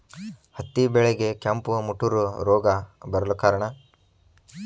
ಹತ್ತಿ ಬೆಳೆಗೆ ಕೆಂಪು ಮುಟೂರು ರೋಗ ಬರಲು ಕಾರಣ?